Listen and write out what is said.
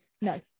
No